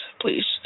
please